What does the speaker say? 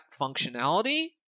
functionality